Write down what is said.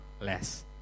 less